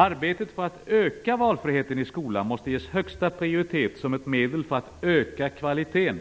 Arbetet för att öka valfriheten i skolan måste ges högsta prioritet som ett medel för att öka kvaliteten.